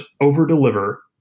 over-deliver